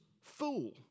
fool